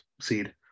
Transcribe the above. seed